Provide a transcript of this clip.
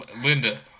Linda